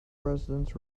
residents